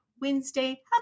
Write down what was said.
Wednesday